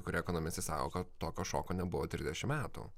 kai kurie ekonomistai sako kad tokio šoko nebuvo trisdešimt metų